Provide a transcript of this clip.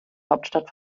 hauptstadt